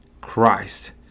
christ